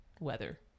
weather